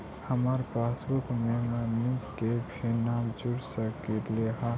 हमार पासबुकवा में मम्मी के भी नाम जुर सकलेहा?